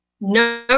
no